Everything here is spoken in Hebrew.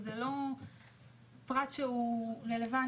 זה בכלל לא פרט שהוא רלוונטי.